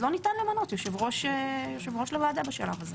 אז לא ניתן למנות יושב-ראש לוועדה בשלב הזה.